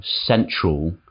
central